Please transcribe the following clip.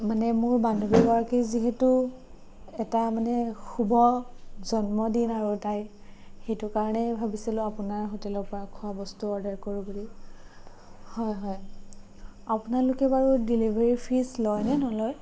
মানে মোৰ বান্ধৱী গৰাকীৰ যিহেতু এটা মানে শুভ জন্মদিন আৰু তাইৰ সেইটো কাৰণে ভাবিছিলোঁ আপোনাৰ হোটেলৰ পৰা খোৱা বস্তু অৰ্ডাৰ কৰোঁ বুলি হয় হয় আপোনালোকে বাৰু ডেলিভাৰী ফিজ লয় নে নলয়